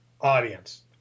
Audience